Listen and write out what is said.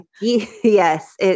Yes